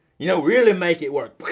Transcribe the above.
you know really make it work!